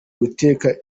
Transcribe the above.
guteka